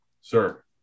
sir